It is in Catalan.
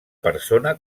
persona